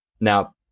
Now